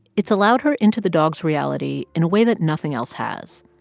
it's allowed her into the dog's reality in a way that nothing else has.